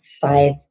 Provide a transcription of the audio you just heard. five